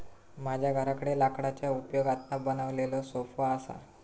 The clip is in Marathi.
माझ्या घराकडे लाकडाच्या उपयोगातना बनवलेलो सोफो असा